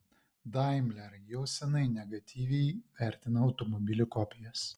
daimler jau senai negatyviai vertina automobilių kopijas